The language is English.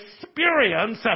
experience